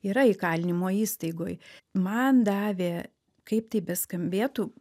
yra įkalinimo įstaigoj man davė kaip tai beskambėtų